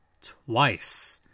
twice